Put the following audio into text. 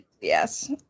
Yes